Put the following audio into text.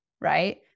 Right